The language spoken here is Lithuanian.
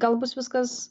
gal bus viskas